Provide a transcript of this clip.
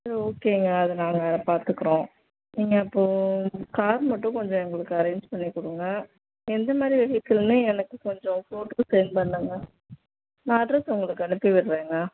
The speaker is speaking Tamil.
சரி ஓகேங்க அது நாங்கள் பார்த்துக்குறோம் நீங்கள் இப்போ கார் மட்டும் கொஞ்சம் எங்களுக்கு அரேஞ் பண்ணி கொடுங்க எந்த மாதிரி வெஹிக்கள்னு எனக்கு கொஞ்சம் ஃபோட்டோ சென்ட் பண்ணுங்க நான் அட்ரெஸை உங்களுக்கு அனுப்பிவிடுறேங்க